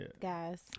guys